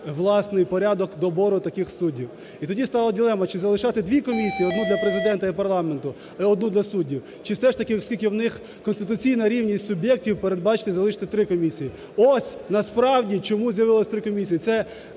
власний порядок добору таких суддів. І тоді стала дилема: чи залишати дві комісії: одну – для Президента і парламенту, і одну – для суддів, чи все ж таки, оскільки в них конституційна рівність суб'єктів, передбачити і залишити три комісії. Ось насправді чому з'явилось три комісії.